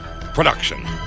production